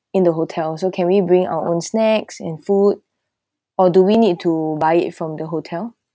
in the hotel so can we bring our own snacks and food or do we need to buy it from the hotel